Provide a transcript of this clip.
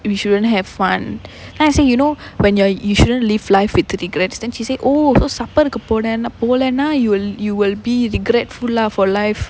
we shouldn't have fun then I say you know when you are you shouldn't live life with regrets then she say oh supper ருக்கு போனேன்னா போவலேன்னா:rukku ponaennaa povalaennaa you will you will be regretful lah for life